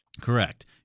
Correct